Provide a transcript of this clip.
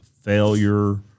failure